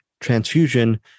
Transfusion